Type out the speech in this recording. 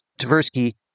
Tversky